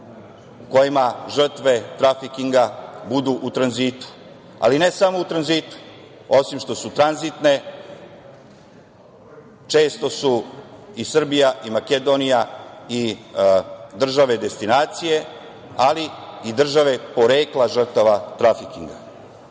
kojima žrtve trafikinga budu u tranzitu, ali ne samo u tranzitu osim što su tranzitne često su i Srbija i Makedonija i države destinacije ali i države porekla žrtava trafikinga. Samo